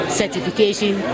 certification